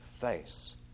face